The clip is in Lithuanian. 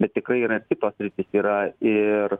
bet tikrai yra patirtys yra ir